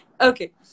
okay